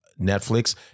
Netflix